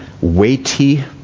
weighty